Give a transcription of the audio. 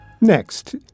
Next